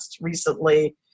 recently